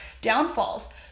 downfalls